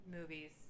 movies